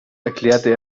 erklärte